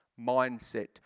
mindset